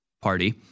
party